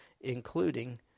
including